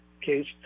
case